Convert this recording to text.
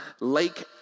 lake